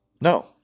No